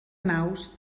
naus